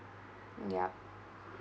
yup